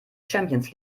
champions